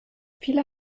viele